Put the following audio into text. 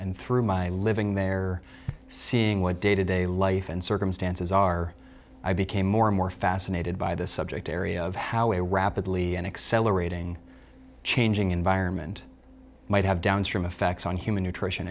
and through my living there seeing what day to day life and circumstances are i became more and more fascinated by the subject area of how a rapidly and accelerating changing environment might have downstream effects on human nutrition